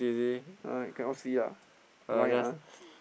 ah cannot see ah blind ah